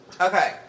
Okay